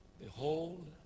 Behold